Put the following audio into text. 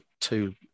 two